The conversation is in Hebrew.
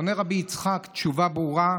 ענה רבי יצחק תשובה ברורה,